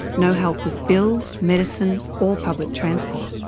no help with bills, medicine or public transport.